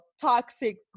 toxic